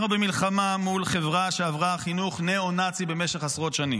אנחנו במלחמה מול חברה שעברה חינוך ניאו-נאצי במשך עשרות שנים.